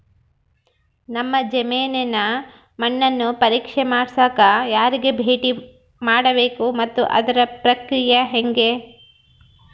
ನಮ್ಮ ಜಮೇನಿನ ಮಣ್ಣನ್ನು ಪರೇಕ್ಷೆ ಮಾಡ್ಸಕ ಯಾರಿಗೆ ಭೇಟಿ ಮಾಡಬೇಕು ಮತ್ತು ಅದರ ಪ್ರಕ್ರಿಯೆ ಹೆಂಗೆ?